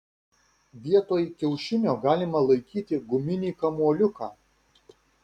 vietoj kiaušinio galima laikyti guminį kamuoliuką